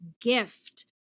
gift